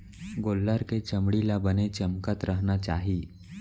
गोल्लर के चमड़ी ल बने चमकत रहना चाही